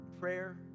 prayer